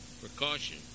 precaution